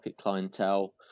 clientele